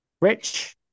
Rich